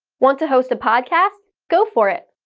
want to host a podcast? go for it.